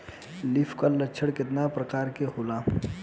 Leaf curl लक्षण केतना परकार के होला?